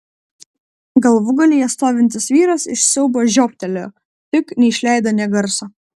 galvūgalyje stovintis vyras iš siaubo žiobtelėjo tik neišleido nė garso